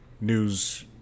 news